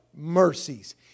mercies